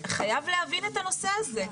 חייב להבין את הנושא הזה.